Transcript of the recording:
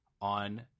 on